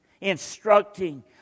instructing